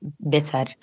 better